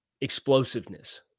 explosiveness